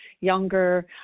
younger